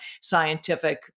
scientific